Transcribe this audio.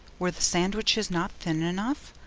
were the sandwiches not thin enough?